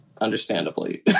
Understandably